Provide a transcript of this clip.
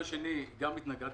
קורא